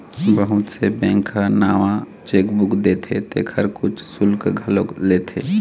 बहुत से बेंक ह नवा चेकबूक देथे तेखर कुछ सुल्क घलोक लेथे